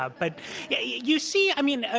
ah but yeah you you see, i mean,